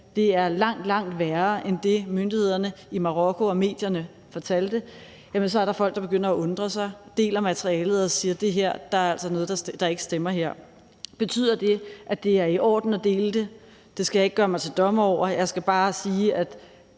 det er langt, langt værre end det, myndighederne i Marokko og medierne fortalte, så er der folk, der begynder at undre sig, deler materialet og siger: Der er altså noget, der ikke stemmer her. Betyder det, at det er i orden at dele det? Det skal jeg ikke gøre mig til dommer over. Jeg skal bare sige, at